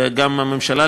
וגם הממשלה,